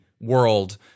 world